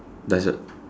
does your